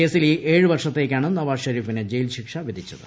കേസിൽ ഏഴുവർഷത്തേയ്ക്കാണ് നവാസ് ഷെരീഫിന് ജയിൽ ശിക്ഷ വിധിച്ചത്